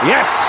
Yes